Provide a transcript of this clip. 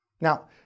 Now